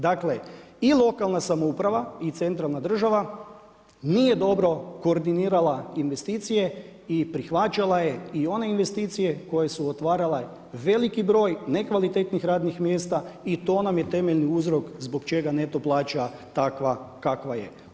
Dakle i lokalna samouprava i centralna država nije dobro koordinirala investicije i prihvaćala je i one investicije koje su otvarale veliki broj nekvalitetnih radnih mjesta i to nam je temeljni uzrok zbog čega neto plaća takva kakva je.